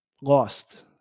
lost